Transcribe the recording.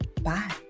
Bye